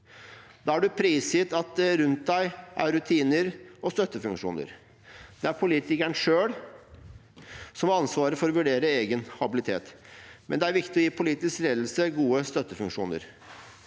Da er man prisgitt at det rundt en er rutiner og støttefunksjoner. Det er politikeren selv som har ansvaret for å vurdere egen habilitet, men det er viktig å gi politisk ledelse gode støttefunksjoner.